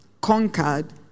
conquered